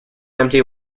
empty